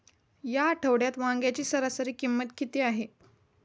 या आठवड्यात वांग्याची सरासरी किंमत किती आहे?